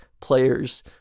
players